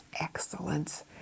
excellence